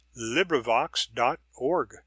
LibriVox.org